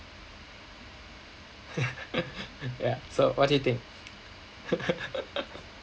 yeah so what do you think